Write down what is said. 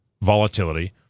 volatility